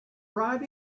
right